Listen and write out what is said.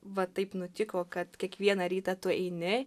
va taip nutiko kad kiekvieną rytą tu eini